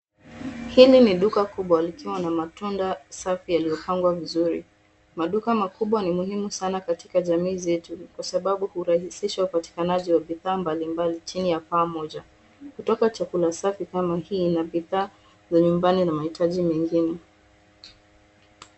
Hili ni duka kubwa likiwa na matunda safi yaliyopangwa vizuri. Maduka makubwa ni muhimu sana katika jamii zetu kwa sababu urahisisha upatikanaji wa bidhaa mbalimbali chini ya paa moja, kutoka chakula safi kama hii na bidhaa za nyumbani na mahitaji mengine.